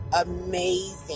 amazing